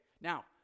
Now